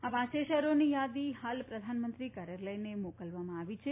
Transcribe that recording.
આ પાંચેય શહેરોની યાદી હાલ પ્રધાનમંત્રી કાર્યાલયને મોકલવામાં આવી છે